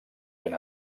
ben